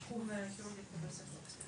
בתחום כירורגיה פה ולסת.